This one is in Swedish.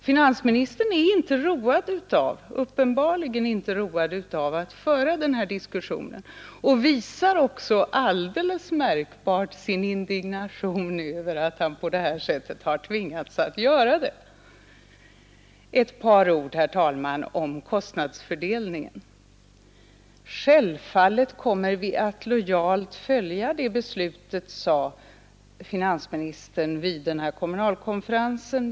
Finansministern är uppenbarligen inte road av att föra den här diskussionen och visar också alldeles märkbart sin indignation över att han på det här sättet har tvingats göra det. Ett par ord, herr talman, om kostnadsfördelningen. Självfallet kommer vi att lojalt följa det beslutet, sade finansministern vid kommunalkonferensen.